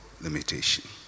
limitation